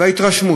וההתרשמות,